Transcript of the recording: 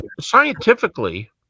scientifically